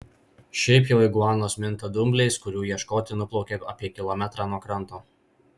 šiaip jau iguanos minta dumbliais kurių ieškoti nuplaukia apie kilometrą nuo kranto